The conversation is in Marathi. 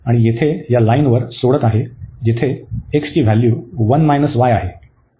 आणि येथे या लाईनवर सोडत आहे जिथे x ची व्हॅल्यू 1 y आहे